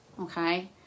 okay